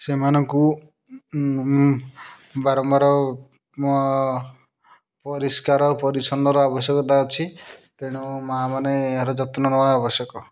ସେମାନଙ୍କୁ ବାରମ୍ବାର ପରିଷ୍କାର ପରିଚ୍ଛନ୍ନର ଆବଶ୍ୟକତା ଅଛି ତେଣୁ ମାଆ ମାନେ ଏହାର ଯତ୍ନ ନେବା ଆବଶ୍ୟକ